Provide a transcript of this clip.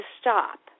stop